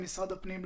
למשרד הפנים,